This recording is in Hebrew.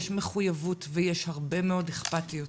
יש מחויבות ויש הרבה מאוד אכפתיות.